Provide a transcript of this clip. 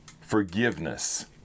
forgiveness